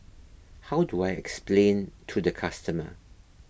how do I explain to the customer